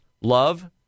love